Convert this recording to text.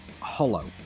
hollow